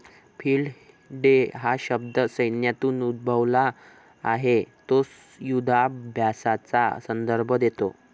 field day हा शब्द सैन्यातून उद्भवला आहे तो युधाभ्यासाचा संदर्भ देतो